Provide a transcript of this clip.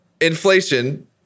inflation